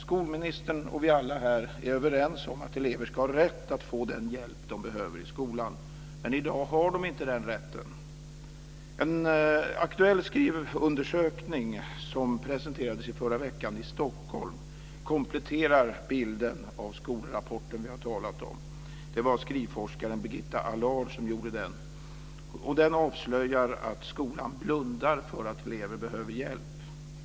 Skolministern och vi alla här är överens om att elever ska ha rätt att få den hjälp de behöver i skolan, men i dag har de inte den rätten. En aktuell skrivundersökning, som presenterades i förra veckan i Stockholm, kompletterar bilden av den skolrapport vi har talat om. Det var skrivforskaren Birgitta Allard som gjorde den, och den avslöjar att skolan blundar för att elever behöver hjälp.